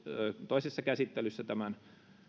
toisessa käsittelyssä tämän